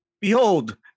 Behold